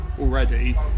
already